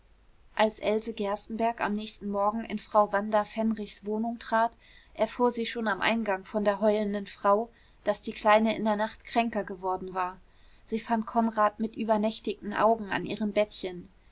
als else gerstenbergk am nächsten morgen in frau wanda fennrichs wohnung trat erfuhr sie schon am eingang von der heulenden frau daß die kleine in der nacht kränker geworden war sie fand konrad mit übernächtigen augen an ihrem bettchen